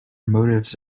motives